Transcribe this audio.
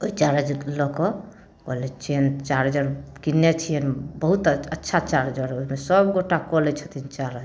ओहि चारज लऽ कऽ कऽ लै छियै चार्जर किनने छियै बहुत अच्छा चार्जर है ओहिमे सभ गोटा कऽ लै छथिन चार्ज